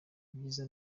ibyiza